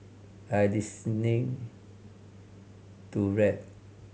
I listening to rap